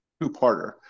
two-parter